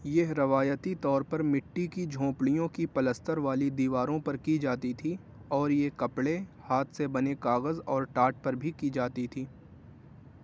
یہ روایتی طور پر مٹی کی جھونپڑیوں کی پلستر والی دیواروں پر کی جاتی تھی اور یہ کپڑے ہاتھ سے بنے کاغذ اور ٹاٹ پر بھی کی جاتی تھی